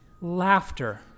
Laughter